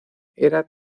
era